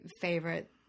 favorite